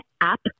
app